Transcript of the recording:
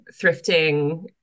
thrifting